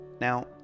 Now